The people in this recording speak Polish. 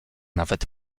nawet